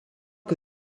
que